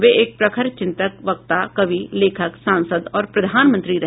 वे एक प्रखर चिंतक वक्ता कवि लेखक सांसद और प्रधानमंत्री रहे